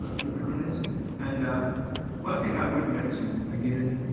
superintendents and one thing i would mention, again,